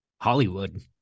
Hollywood